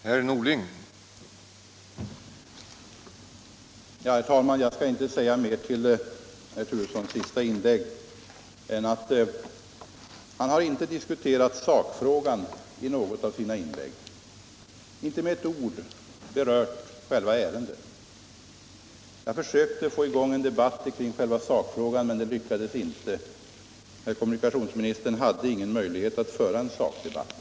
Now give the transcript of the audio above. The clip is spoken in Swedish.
Herr talman! Jag skall inte säga mer om herr Turessons senaste inlägg än att han inte har diskuterat sakfrågan i något av sina inlägg, inte med ett ord berört själva ärendet. Jag försökte få i gång en debatt i sakfrågan, men det lyckades inte. Kommunikationsministern hade ingen möjlighet att föra en sakdebatt.